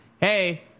Hey